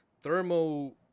thermo